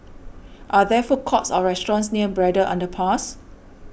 are there food courts or restaurants near Braddell Underpass